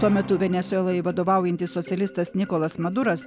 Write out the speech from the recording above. tuo metu venesuelai vadovaujantis socialistas nikolas maduras